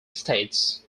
states